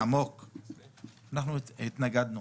העמוק התנגדנו.